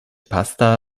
pasta